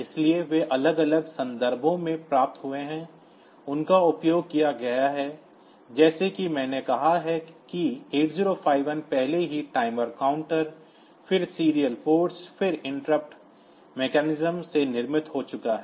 इसलिए वे अलग अलग संदर्भों में प्राप्त हुए हैं उनका उपयोग किया गया है जैसा कि मैंने कहा कि 8051 पहले ही टाइमर काउंटरों फिर सीरियल पोर्ट्स फिर इंटरप्ट मैकेनिज्म में निर्मित हो चुका है